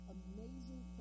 amazing